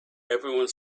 everyone